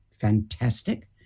fantastic